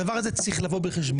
הדבר הזה צריך לבוא בחשבון.